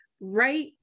right